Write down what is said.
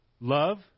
love